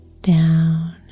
down